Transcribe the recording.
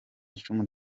icumu